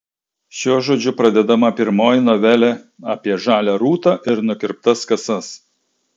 šiuo žodžiu pradedama pirmoji novelė apie žalią rūtą ir nukirptas kasas